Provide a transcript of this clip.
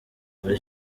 muri